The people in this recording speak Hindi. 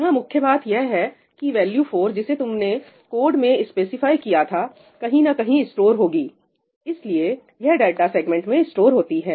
यहां मुख्य बात यह है की वैल्यू 4 जिसे तुमने कोड में स्पेसिफाई किया था कहीं ना कहीं स्टोर होगी इसलिए यह डाटा सेगमेंट में स्टोर होती है